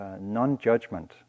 non-judgment